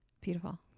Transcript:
Beautiful